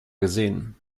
gesehen